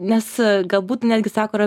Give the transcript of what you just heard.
nes galbūt netgi sako yra